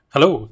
Hello